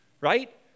right